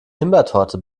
himbeertorte